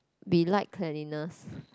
we like cleanliness